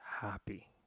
happy